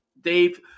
Dave